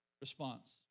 response